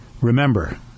Remember